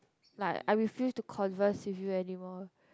is like I refuse to converse with you anymore